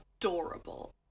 adorable